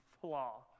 flaw